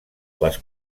les